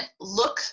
look